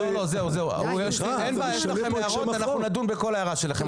יש לכם הערות אנחנו נדון בכול הערה שלכם.